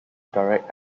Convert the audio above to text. direct